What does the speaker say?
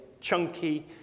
chunky